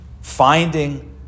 finding